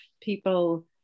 people